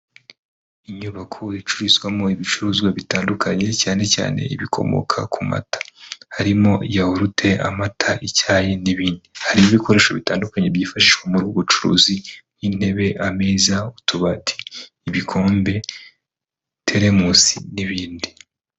Inyubako icururizwamo ibicuruzwa bitandukanye cyane cyane ibikomoka ku mata, harimo yahurute, amata, icyayi n'ibindi, hari ibikoresho bitandukanye byifashishwa muri ubu bucuruzi nk'intebe, ameza, utubati, ibikombe, teremosi n'ibindi.